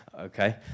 Okay